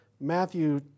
Matthew